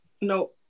No